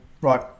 Right